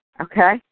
Okay